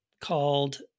called